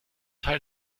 teil